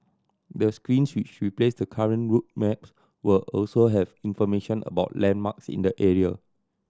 the screens which replace the current route maps will also have information about landmarks in the area